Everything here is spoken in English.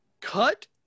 Cut